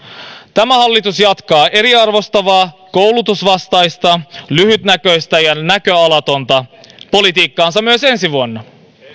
tämä hallitus jatkaa eriarvoistavaa koulutusvastaista lyhytnäköistä ja näköalatonta politiikkaansa myös ensi vuonna